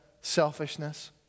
selfishness